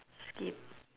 skip